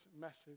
message